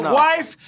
wife